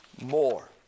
more